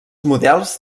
models